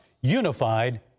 unified